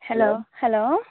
hello hello